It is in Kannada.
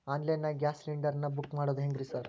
ಆನ್ಲೈನ್ ನಾಗ ಗ್ಯಾಸ್ ಸಿಲಿಂಡರ್ ನಾ ಬುಕ್ ಮಾಡೋದ್ ಹೆಂಗ್ರಿ ಸಾರ್?